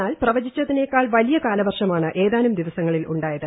എന്നാൽ പ്രവചിച്ചതിനേക്കാൾ വലിയ കാലവർഷമാണ് ഏതാനും ദിവസങ്ങളിൽ ഉ ായത്